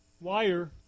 wire